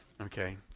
Okay